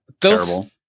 Terrible